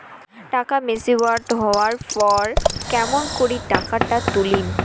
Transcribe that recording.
টাকা ম্যাচিওরড হবার পর কেমন করি টাকাটা তুলিম?